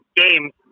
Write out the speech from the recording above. games